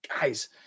Guys